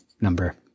number